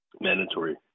mandatory